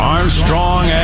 Armstrong